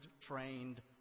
trained